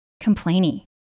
complainy